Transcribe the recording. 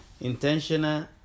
intentional